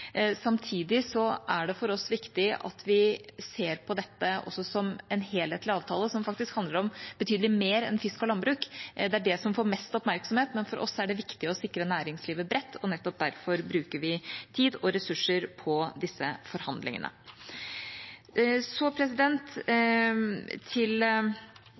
er det for oss viktig at vi ser på dette også som en helhetlig avtale som faktisk handler om betydelig mer enn fisk og landbruk. Det er det som får mest oppmerksomhet, men for oss er det viktig å sikre næringslivet bredt, og nettopp derfor bruker vi tid og ressurser på disse forhandlingene. Så til